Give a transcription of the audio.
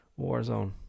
warzone